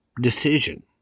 decision